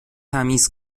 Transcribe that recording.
تمیز